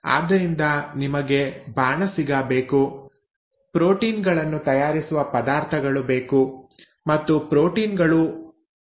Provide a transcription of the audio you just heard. ಆದ್ದರಿಂದ ನಿಮಗೆ ಬಾಣಸಿಗ ಬೇಕು ಪ್ರೋಟೀನ್ ಗಳನ್ನು ತಯಾರಿಸುವ ಪದಾರ್ಥಗಳು ಬೇಕು ಮತ್ತು ಪ್ರೋಟೀನ್ ಗಳು ಅಮೈನೋ ಆಮ್ಲಗಳಿಂದ ಕೂಡಿವೆ